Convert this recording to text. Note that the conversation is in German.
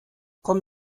komm